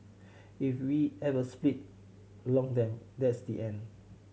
if we ever split along them that's the end